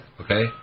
okay